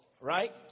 Right